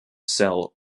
sell